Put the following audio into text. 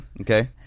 okay